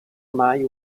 mai